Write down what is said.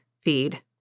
feed